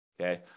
okay